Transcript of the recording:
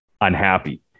unhappy